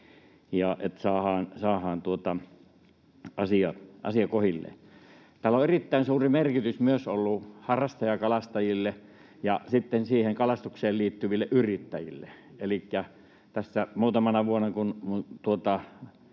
saadaan asia kohdilleen. Tällä on erittäin suuri merkitys ollut myös harrastajakalastajille ja kalastukseen liittyville yrittäjille. Elikkä tässä muutamana vuonna,